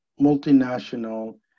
multinational